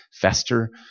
fester